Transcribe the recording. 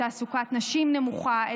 תעסוקת נשים נמוכה,